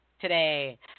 today